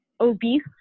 obese